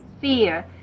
fear